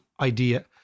idea